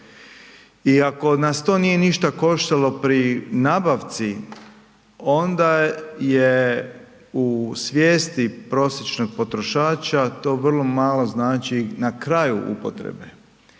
I ako nas to nije ništa koštalo pri nabavci onda je u svijesti prosječnog potrošača to vrlo malo znači na kraju upotrebe